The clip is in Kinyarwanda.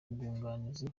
abamwunganira